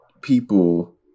people